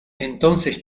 entonces